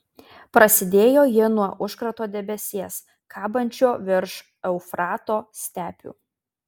prasidėjo ji nuo užkrato debesies kabančio virš eufrato stepių